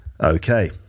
Okay